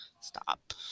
Stop